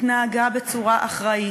התנהגה בצורה אחראית,